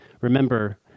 Remember